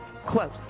Quote